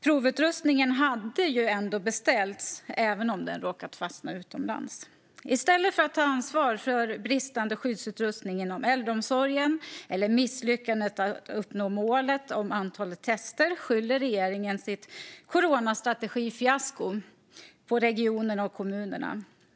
Provutrustningen hade ju ändå beställts, även om den råkat fastna utomlands. I stället för att ta ansvar för bristande skyddsutrustning inom äldreomsorgen eller misslyckandet med att uppnå målet om antalet tester skyller regeringen sitt coronastrategifiasko på regionerna och kommunerna.